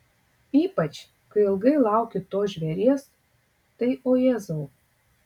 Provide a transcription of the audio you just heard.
ypač kai ilgai lauki to žvėries tai o jėzau